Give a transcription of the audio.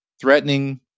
threatening